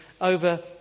over